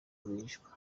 rwihishwa